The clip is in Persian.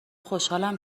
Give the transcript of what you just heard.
خوشحالم